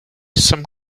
some